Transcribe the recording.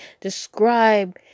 describe